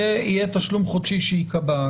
יהיה תשלום חודשי שייקבע,